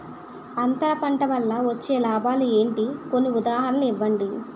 అంతర పంట వల్ల వచ్చే లాభాలు ఏంటి? కొన్ని ఉదాహరణలు ఇవ్వండి?